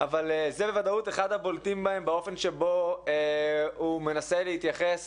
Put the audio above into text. אבל זה בוודאות אחד הבולטים בהם באופן שבו הוא מנסה להתייחס